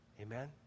Amen